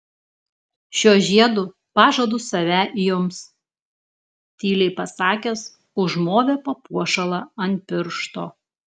šiuo žiedu pažadu save jums tyliai pasakęs užmovė papuošalą ant piršto